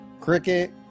Cricket